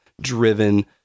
driven